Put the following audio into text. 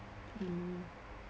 mm